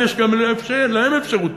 ויש גם לאפשר להם אפשרות